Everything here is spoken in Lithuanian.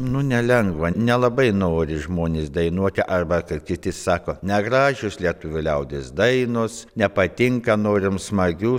nu nelengva nelabai nori žmonės dainuoti arba kaip kiti sako negražios lietuvių liaudies dainos nepatinka norim smagių